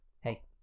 Hey